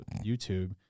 YouTube